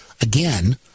again